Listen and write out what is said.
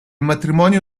matrimonio